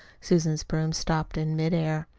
susan's broom stopped in midair.